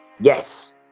Yes